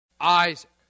Isaac